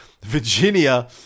Virginia